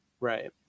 Right